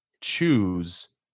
choose